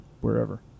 wherever